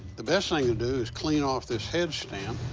the best thing to do is clean off this head stamp,